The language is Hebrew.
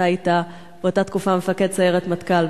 אתה היית באותה תקופה מפקד סיירת מטכ"ל,